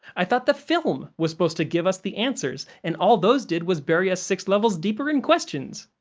i thought the film was supposed to give us the answers, and all those did was bury us six levels deeper in questions!